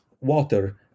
water